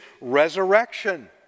resurrection